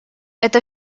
это